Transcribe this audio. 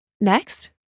Next